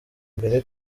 mbere